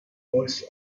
voice